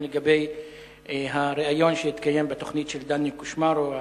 לגבי הריאיון שהתקיים בתוכנית של דני קושמרו,